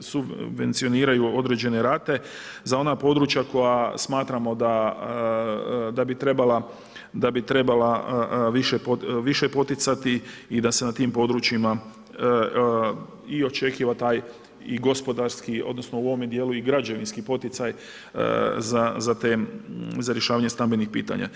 subvencioniraju određene rate za ona područja koja smatramo da bi trebala više poticati i da se na tim područjima i očekiva taj i gospodarski, odnosno u ovome djelu i građevinski poticaj za rješavanje stambenih pitanja.